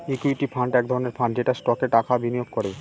equity fund এক ধরনের fund যেটা স্টকে টাকা বিনিয়োগ করে